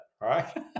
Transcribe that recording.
Right